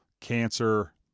cancer